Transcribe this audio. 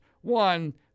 one